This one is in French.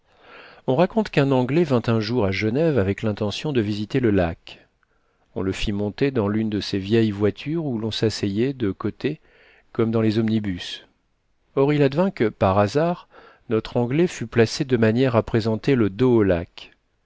on raconte qu'un anglais vint un jour à genève avec l'intention de visiter le lac on le fit monter dans l'une de ces vieilles voitures où l'on s'asseyait de côté comme dans les omnibus or il advint que par hasard notre anglais fut placé de manière à présenter le dos au lac